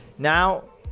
Now